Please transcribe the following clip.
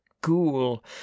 ghoul